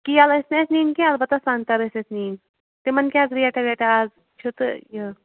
کیل ٲسۍ نہٕ اسہِ نِنۍ کیٚنٛہہ البتہٕ سنٛگتر ٲسۍ اسہِ نِنۍ تِمن کیٛاہ حظ ریٹَا ویٹَا اَز چھِ تہٕ یہِ